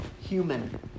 human